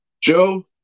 Joe